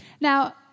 Now